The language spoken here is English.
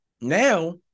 now